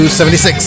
76